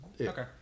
Okay